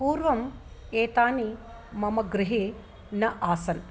पूर्वम् एतानि मम गृहे न आसन्